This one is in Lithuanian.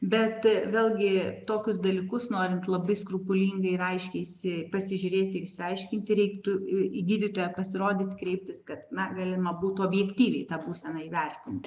bet vėlgi tokius dalykus norint labai skrupulingai ir aiškiai si pasižiūrėti išsiaiškinti reiktų į gydytoją pasirodyti kreiptis kad na galima būtų objektyviai tą būseną įvertinti